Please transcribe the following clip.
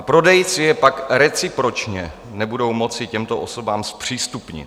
Prodejci je pak recipročně nebudou moci těmto osobám zpřístupnit.